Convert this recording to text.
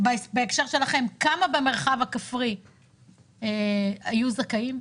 בהקשר שלכם, כמה במרחב הכפרי היו זכאים?